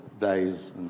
days